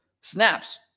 snaps